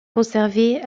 conservé